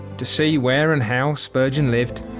to see where and how spurgeon lived,